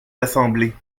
l’assemblée